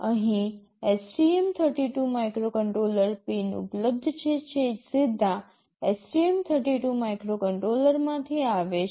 અહીં STM32 microcontroller pin ઉપલબ્ધ છે જે સીધા STM32 માઇક્રોકન્ટ્રોલરમાંથી આવે છે